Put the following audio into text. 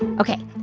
ok,